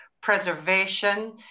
preservation